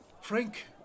Frank